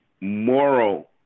moral